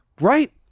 Right